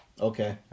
Okay